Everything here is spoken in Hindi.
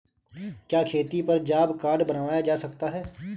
क्या खेती पर जॉब कार्ड बनवाया जा सकता है?